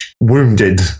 wounded